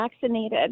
vaccinated